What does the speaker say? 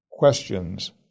questions